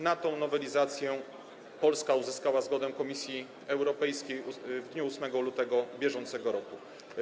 Na tę nowelizację Polska uzyskała zgodę Komisji Europejskiej w dniu 8 lutego br.